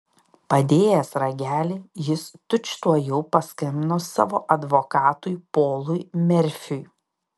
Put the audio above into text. padėjęs ragelį jis tučtuojau paskambino savo advokatui polui merfiui